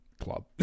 club